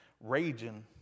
raging